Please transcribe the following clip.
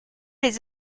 les